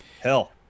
Hell